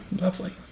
lovely